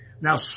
Now